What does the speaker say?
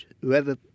Whoever